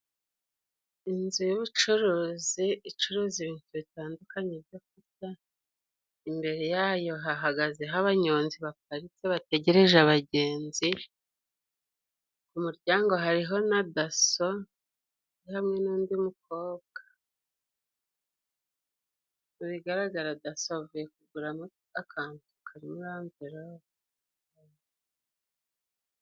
Inzu y'ubucuruzi icuruza ibintu bitandukanye byokurya, imbere yayo hahagazeho abanyonzi baparitse bategereje abagenzi, ku muryango hariho na daso hamwe nundi mukobwa, mubigaragara daso avuye kugura akantu kari muri amvirope.